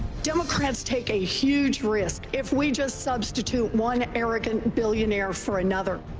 democrats take a huge risk if we just substitute one arrogant billionaire for another.